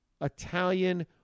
Italian